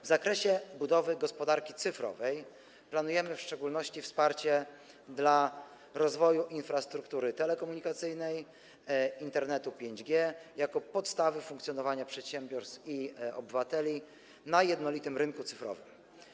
W zakresie budowy gospodarki cyfrowej planujemy w szczególności wsparcie dla rozwoju infrastruktury telekomunikacyjnej, Internetu 5G jako podstawy funkcjonowania przedsiębiorstw i obywateli na jednolitym rynku cyfrowym.